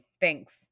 Thanks